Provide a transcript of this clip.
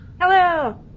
Hello